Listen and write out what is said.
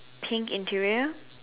pink interior